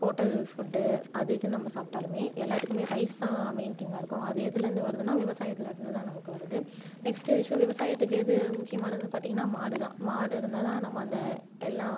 hotel food எது நம்ம சாப்பிடாலுமே எல்லாத்துக்குமே ரைஸ் தான் மெயின் திங்காக இருக்கும் அது எதுலேந்து வருதுன்னா விவசாயத்தில் இருந்து தான் நமக்கு வருது நெக்ஸ்ட்டு விஷயம் விவசாயத்துக்கு எது முக்கியமானது பார்த்திங்கன்னா மாடு தான் மாடு இருந்தான் நம்ம அந்த எல்லாம்